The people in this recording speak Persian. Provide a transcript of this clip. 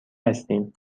هستیم